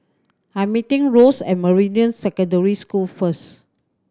I meeting Ross at Meridian Secondary School first